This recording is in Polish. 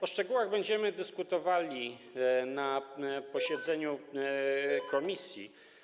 O szczegółach będziemy dyskutowali na posiedzeniu komisji.